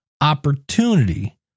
opportunity